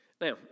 Now